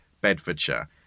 Bedfordshire